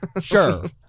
Sure